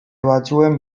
batzuen